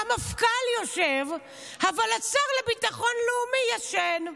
המפכ"ל יושב אבל השר לביטחון לאומי ישן.